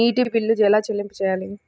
నీటి బిల్లు ఎలా చెల్లింపు చేయాలి?